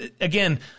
Again